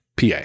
PA